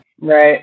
Right